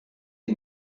die